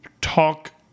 talk